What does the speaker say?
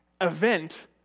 event